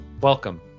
Welcome